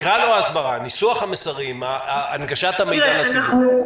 ההסברה ניסוח המסרים, הנגשת המידע לציבור?